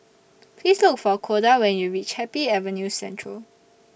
Please Look For Koda when YOU REACH Happy Avenue Central